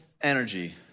energy